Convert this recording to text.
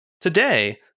Today